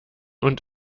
und